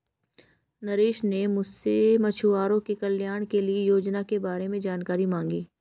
नरेश ने मुझसे मछुआरों के कल्याण के लिए योजना के बारे में जानकारी मांगी